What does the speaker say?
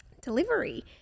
delivery